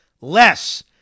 less